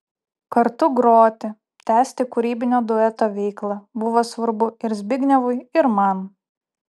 kartu groti tęsti kūrybinio dueto veiklą buvo svarbu ir zbignevui ir man